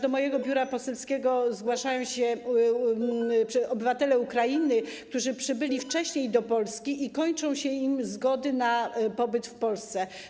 Do mojego biura poselskiego zgłaszają się obywatele Ukrainy, którzy przybyli wcześniej do Polski i kończą im się zgody na pobyt w Polsce.